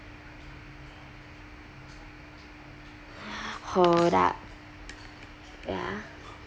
hold up wait ah